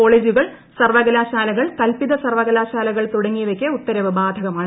കോളേജുകൾ സർവകലാശാലകൾ കൽപ്പിത സർവകലാശാലകൾ തുടങ്ങിയവയ്ക്ക് ഉത്തരവ് ബാധകമാണ്